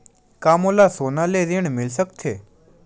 का मोला सोना ले ऋण मिल सकथे?